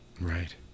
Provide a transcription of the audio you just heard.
Right